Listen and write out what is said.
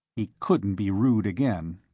he couldn't be rude again.